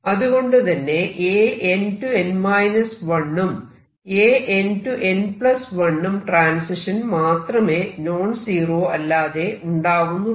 അതുകൊണ്ടുതന്നെ An→n 1 ഉം An→n1 ഉം ട്രാൻസിഷൻ മാത്രമേ നോൺ സീറോ അല്ലാതെ ഉണ്ടാവുന്നുള്ളൂ